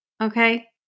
okay